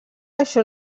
això